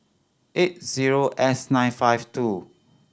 eight zero S nine five two